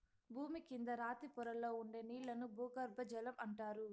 భూమి కింద రాతి పొరల్లో ఉండే నీళ్ళను భూగర్బజలం అంటారు